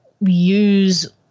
use